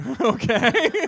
Okay